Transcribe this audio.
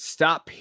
Stop